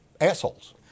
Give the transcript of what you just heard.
assholes